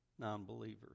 nonbelievers